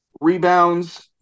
Rebounds